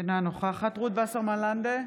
אינה נוכחת רות וסרמן לנדה,